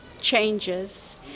changes